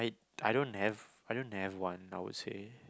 I don't have I don't have one I would say